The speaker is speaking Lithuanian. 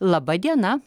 laba diena